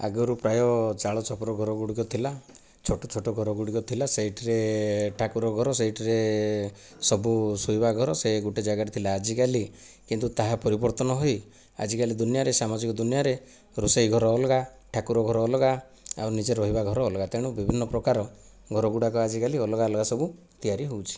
ଆଗରୁ ପ୍ରାୟ ଚାଳଛପର ଘରଗୁଡ଼ିକ ଥିଲା ଛୋଟ ଛୋଟ ଘରଗୁଡ଼ିକ ଥିଲା ସେଇଠିରେ ଠାକୁର ଘର ସେଇଠିରେ ସବୁ ଶୋଇବା ଘର ସେହି ଗୋଟିଏ ଜାଗାରେ ଥିଲା ଆଜିକାଲି କିନ୍ତୁ ତାହା ପରିବର୍ତ୍ତନ ହୋଇ ଆଜିକାଲି ଦୁନିଆଁରେ ସାମାଜିକ ଦୁନିଆଁରେ ରୋଷେଇ ଘର ଅଲଗା ଠାକୁର ଘର ଅଲଗା ଆଉ ନିଜେ ରହିବା ଘର ଅଲଗା ତେଣୁ ବିଭିନ୍ନ ପ୍ରକାର ଘରଗୁଡ଼ାକ ଆଜିକାଲି ଅଲଗା ଅଲଗା ସବୁ ତିଆରି ହେଉଛି